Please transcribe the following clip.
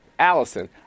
Allison